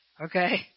Okay